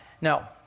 Now